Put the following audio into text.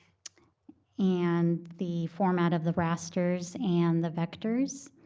and the format of the rasters and the vectors.